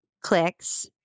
clicks